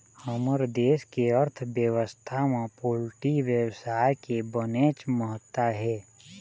हमर देश के अर्थबेवस्था म पोल्टी बेवसाय के बनेच महत्ता हे